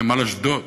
נמל אשדוד,